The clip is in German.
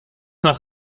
nach